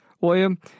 William